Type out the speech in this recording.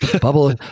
bubble